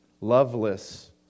loveless